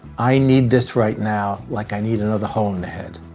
i need this right now, like i need another hole in the head.